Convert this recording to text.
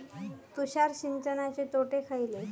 तुषार सिंचनाचे तोटे खयले?